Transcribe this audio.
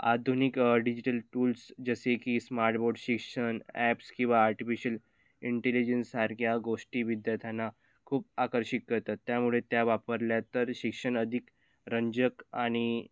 आधुनिक digital tools जसे की स्मार्टबोर्ड शिक्षण ॲप्स किंवा आर्टिफिशल इंटेलिजन्सारख्या गोष्टी विद्यार्थ्यांना खूप आकर्षित करतात त्यामुळे त्या वापरल्या तर शिक्षण अधिक रंजक आणि